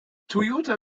toyota